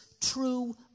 true